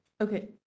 okay